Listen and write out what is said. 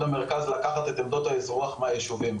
המרכז לקחת את עמדות האזרוח מהיישובים,